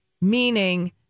Meaning